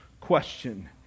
question